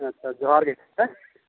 ᱟᱪᱪᱷᱟ ᱡᱚᱦᱟᱨᱜᱮ ᱦᱮᱸ